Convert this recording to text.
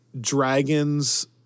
dragons